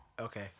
Okay